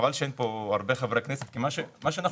חבל שאין פה הרבה חברי כנסת כי מה שאנחנו